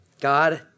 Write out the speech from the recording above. God